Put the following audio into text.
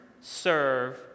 serve